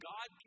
God